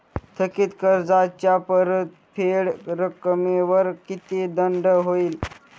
थकीत कर्जाच्या परतफेड रकमेवर किती दंड होईल?